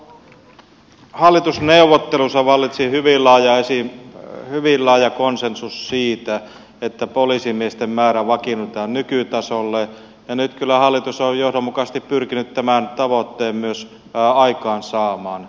jo hallitusneuvotteluissa vallitsi hyvin laaja konsensus siitä että poliisimiesten määrä vakiinnutetaan nykytasolle ja nyt kyllä hallitus on johdonmukaisesti pyrkinyt tämän tavoitteen myös aikaansaamaan